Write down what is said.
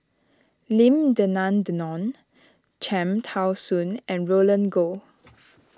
Lim Denan Denon Cham Tao Soon and Roland Goh